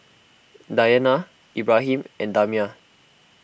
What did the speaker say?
Dayana Ibrahim and Damia